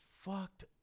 fucked